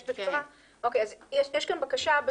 יש כאן בקשה,